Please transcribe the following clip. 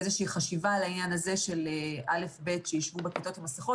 איזושהי חשיבה על העניין הזה של כיתות א'-ב' שישבו בכיתות עם מסכות.